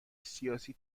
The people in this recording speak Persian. سیاسی